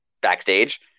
backstage